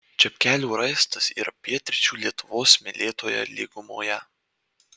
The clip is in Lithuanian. čepkelių raistas yra pietryčių lietuvos smėlėtoje lygumoje